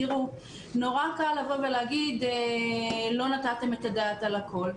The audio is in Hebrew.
נורא קל לבוא ולהגיד: לא נתתם את הדעת על הכול.